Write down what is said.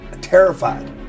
Terrified